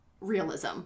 realism